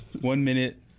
one-minute